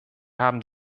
haben